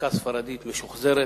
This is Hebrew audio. החלקה הספרדית משוחזרת,